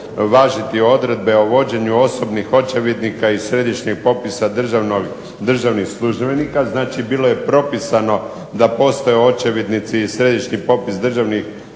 važiti odredbe o vođenju osobnih očevidnika i središnjeg popisa državnih službenika. Znači, bilo je propisano da postoje očevidnici i središnji popis državnih